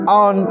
on